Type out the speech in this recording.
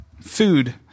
food